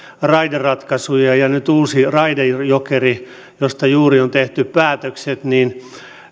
raideratkaisuja ja nyt uutta raide jokeria josta juuri on tehty päätökset niin